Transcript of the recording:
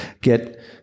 get